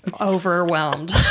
overwhelmed